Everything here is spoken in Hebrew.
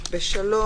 ב-(3)